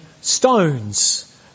stones